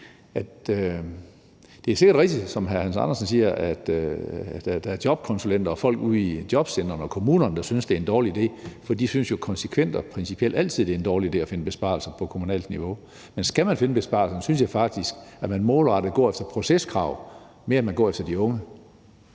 at det sikkert er rigtigt, som hr. Hans Andersen siger, at der er jobkonsulenter og folk ude i jobcentrene og kommunerne, der synes, det er en dårlig idé, for de synes jo konsekvent og principielt altid, det er en dårlig idé at finde besparelser på kommunalt niveau. Men skal man finde besparelserne, synes jeg faktisk, at man målrettet går efter proceskrav, mere end man går efter de unge.